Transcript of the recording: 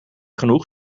genoeg